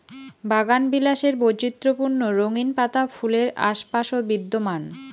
বাগানবিলাসের বৈচিত্র্যপূর্ণ রঙিন পাতা ফুলের আশপাশত বিদ্যমান